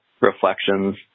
reflections